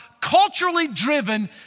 culturally-driven